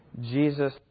Jesus